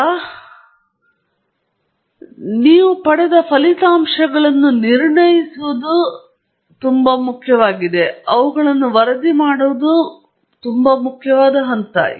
ಮತ್ತು ಅಂತಿಮವಾಗಿ ನಿಮ್ಮ ಎಲ್ಲ ವಿಶ್ಲೇಷಣೆಯೊಂದಿಗೆ ನೀವು ಒಮ್ಮೆ ಮಾಡಿದರೆ ಇದು ಅತ್ಯಂತ ಮುಖ್ಯವಾದ ಭಾಗವಾಗಿದೆ ನೀವು ಪಡೆದ ಫಲಿತಾಂಶಗಳನ್ನು ನಿರ್ಣಯಿಸುವುದು ಮತ್ತು ಅವುಗಳನ್ನು ವರದಿ ಮಾಡುವುದು ಬಹಳ ಮುಖ್ಯವಾದ ಹಂತ